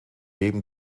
leben